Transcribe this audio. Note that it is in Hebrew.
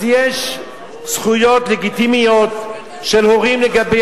אז יש זכויות לגיטימיות של הורים כלפי